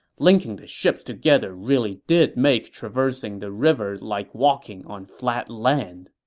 linking the ships together really did make traversing the river like walking on flat land.